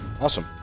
awesome